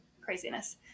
craziness